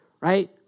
right